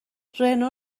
رنو